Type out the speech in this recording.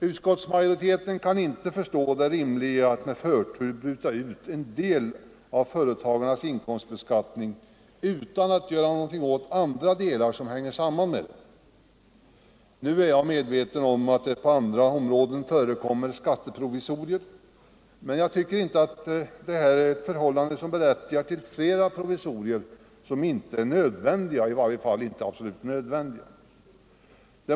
Utskottsmajoriteten kan inte förstå det rimliga i att med förtur bryta ut en del av företagens inkomstbeskattning utan att göra någonting åt andra delar som hänger samman därmed. Jag är medveten om att det på andra områden förekommer skatteprovisorier. Men jag tycker inte att detta är ett förhållande, som berättigar till flera provisorier, vilka inte är absolut nödvändiga.